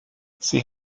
sie